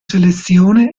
selezione